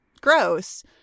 gross